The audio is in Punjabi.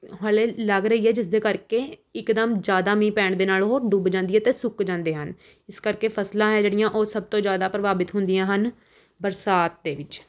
ਹਲੇ ਲੱਗ ਰਹੀ ਹੈ ਜਿਸਦੇ ਕਰਕੇ ਇੱਕ ਦਮ ਜ਼ਿਆਦਾ ਮੀਂਹ ਪੈਣ ਦੇ ਨਾਲ਼ ਉਹ ਡੁੱਬ ਜਾਂਦੀ ਹੈ ਅਤੇ ਸੁੱਕ ਜਾਂਦੇ ਹਨ ਇਸ ਕਰਕੇ ਫਸਲਾਂ ਹੈ ਜਿਹੜੀਆਂ ਉਹ ਸਭ ਤੋਂ ਜ਼ਿਆਦਾ ਪ੍ਰਭਾਵਿਤ ਹੁੰਦੀਆਂ ਹਨ ਬਰਸਾਤ ਦੇ ਵਿੱਚ